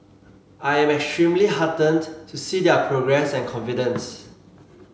I am extremely heartened to see their progress and confidence